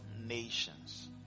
nations